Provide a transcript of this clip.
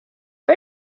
för